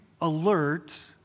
alert